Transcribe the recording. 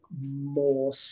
more